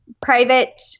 Private –